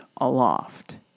aloft